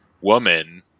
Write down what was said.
woman